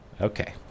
Okay